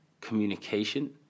communication